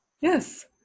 yes